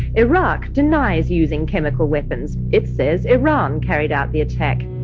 iraq denies using chemical weapons it says iran carried out the attack.